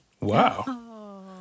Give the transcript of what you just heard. Wow